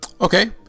Okay